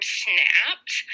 snapped